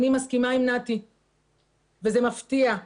אני מסכימה עם נתי וזה מפתיע,